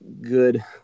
good